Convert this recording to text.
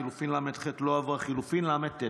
לחלופין ל"ח